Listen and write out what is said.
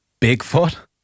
Bigfoot